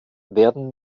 werden